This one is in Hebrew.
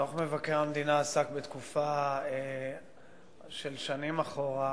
דוח מבקר המדינה עסק בתקופה של שנים אחורה,